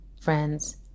friends